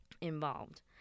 involved